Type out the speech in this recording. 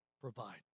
provide